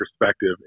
perspective